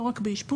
לא רק באשפוז,